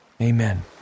amen